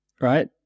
right